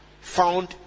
found